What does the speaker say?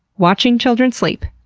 watching children sleep.